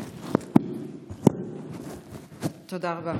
תודה רבה.